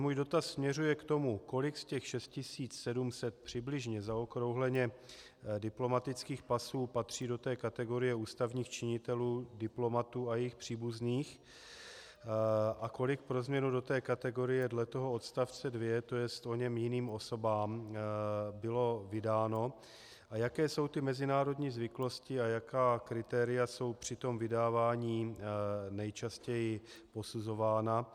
Můj dotaz směřuje k tomu, kolik z těch 6 700 přibližně zaokrouhleně diplomatických pasů patří do té kategorie ústavních činitelů, diplomatů a jejich příbuzných a kolik pro změnu do té kategorie dle toho odstavce 2, tj. oněm jiným osobám, bylo vydáno a jaké jsou ty mezinárodní zvyklosti a jaká kritéria jsou při tom vydávání nejčastěji posuzována.